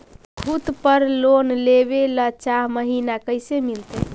खूत पर लोन लेबे ल चाह महिना कैसे मिलतै?